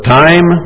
time